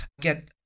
get